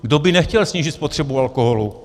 Kdo by nechtěl snížit spotřebu alkoholu?